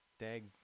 Dag